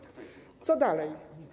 Co dalej?